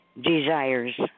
desires